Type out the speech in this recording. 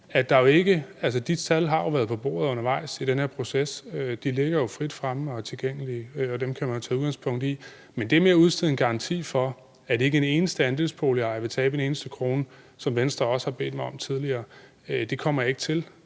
De tal har været på bordet undervejs i den her proces; de ligger jo frit fremme og er tilgængelige, og dem kan man tage udgangspunkt i. Men det med at udstede en garanti for, at ikke en eneste andelsboligejer vil tabe en eneste krone, som Venstre også har bedt mig om tidligere, kommer jeg ikke til,